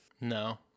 No